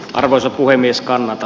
arvoisa puhemies kannata